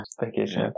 Vacation